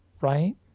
right